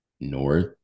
north